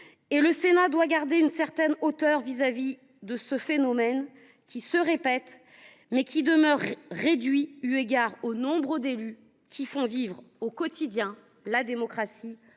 Le Sénat doit garder une certaine hauteur vis à vis de ce phénomène, qui se répète, certes, mais qui demeure réduit au regard du nombre d’élus qui font vivre au quotidien la démocratie